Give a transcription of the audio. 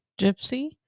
Gypsy